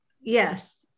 yes